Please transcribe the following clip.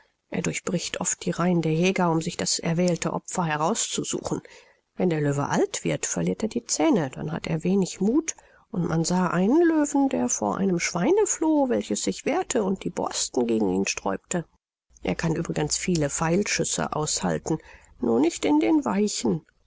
er durchbricht oft die reihen der jäger um sich das erwählte opfer heraus zu suchen wenn der löwe alt wird verliert er die zähne dann hat er wenig muth und man sah einen löwen der vor einem schweine floh welches sich wehrte und die borsten gegen ihn sträubte er kann übrigens viele pfeilschüsse aushalten nur nicht in den weichen